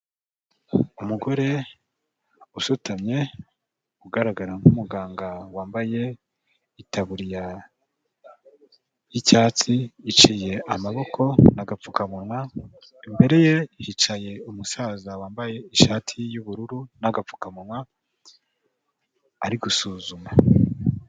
Umugore usutamye, ugaragara nk'umuganga wambaye itaburiya y'icyatsi iciye amaboko n'agapfukamunwa, imbere ye hicaye umusaza wambaye ishati y'ubururu n'agapfukamunwa, ari gusuzuma.